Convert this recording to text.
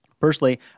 Personally